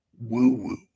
woo-woo